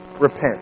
repent